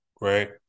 right